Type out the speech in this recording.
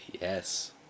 Yes